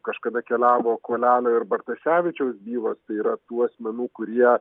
kažkada keliavo kolialio ir bartasevičiaus bylos tai yra tų asmenų kurie